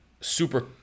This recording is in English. super